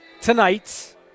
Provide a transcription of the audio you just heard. tonight